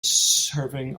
serving